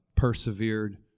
persevered